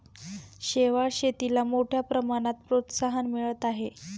शेवाळ शेतीला मोठ्या प्रमाणात प्रोत्साहन मिळत आहे